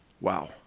wow